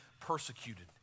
persecuted